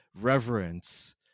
reverence